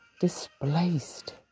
displaced